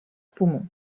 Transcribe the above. poumons